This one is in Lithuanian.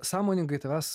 sąmoningai tavęs